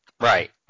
Right